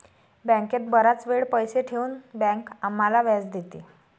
बँकेत बराच वेळ पैसे ठेवून बँक आम्हाला व्याज देते